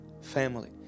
family